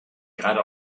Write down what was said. gerade